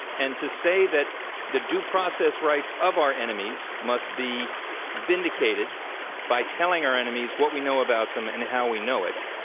and to say that the due process rights of our enemies must be vindicated by telling our enemies what we know about them and how we know it